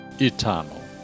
eternal